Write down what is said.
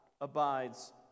abides